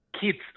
Kids